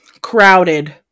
crowded